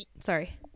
sorry